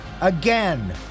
again